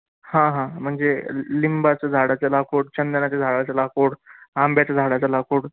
हां हां म्हणजे लिंबाचं झाडाचं लाकूड चंदनाच्या झाडाचं लाकूड आंब्याचं झाडाचं लाकूड